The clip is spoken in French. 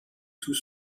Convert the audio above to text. tout